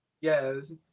yes